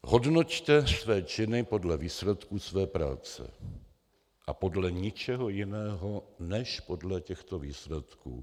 Hodnoťte své činy podle výsledků své práce a podle ničeho jiného než podle těchto výsledků.